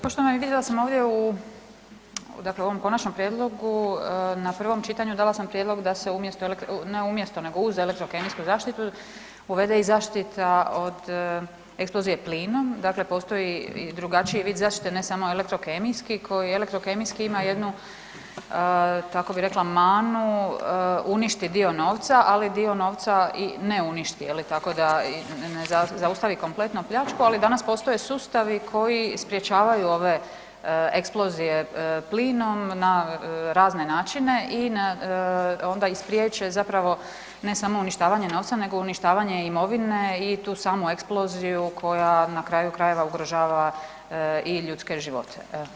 Poštovani, vidjeli smo ovdje u dakle u ovom Konačnom prijedlogu na prvom čitanju, dala sam prijedlog da se umjesto .../nerazumljivo/... ne umjesto nego uz elektrokemijsku zaštitu uvede i zaštita od eksplozije plinom, dakle postoji i drugačiji vid zaštite, ne samo elektrokemijski koji elektrokemijski ima jednu, kako bih rekla, manu uništi dio novca, ali dio novca i ne uništi, je li, tako da i ne zaustavi kompletno pljačku, ali danas postoje sustavi koji sprječavaju ove eksplozije plinom na razne načine i onda i spriječe zapravo, ne samo uništavanje novca, nego uništavanje imovine i tu samu eksploziju koja, na kraju krajeva ugrožava i ljudske živote.